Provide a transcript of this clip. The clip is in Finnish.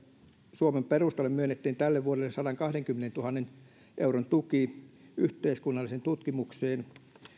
suomen perustalle myönnettiin tälle vuodelle sadankahdenkymmenentuhannen euron tuki yhteiskunnalliseen tutkimukseen